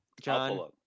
john